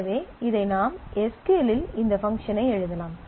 எனவே இதை நாம் எஸ் க்யூ எல் இல் இந்த பங்க்ஷன் ஐ எழுதலாம்